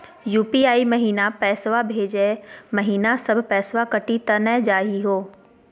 UPI महिना पैसवा भेजै महिना सब पैसवा कटी त नै जाही हो?